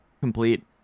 complete